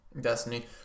Destiny